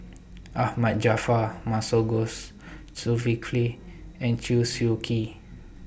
Ahmad Jaafar Masagos Zulkifli and Chew Swee Kee